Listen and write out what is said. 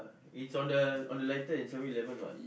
is on the on the lighter in Seven-Eleven what